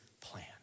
plan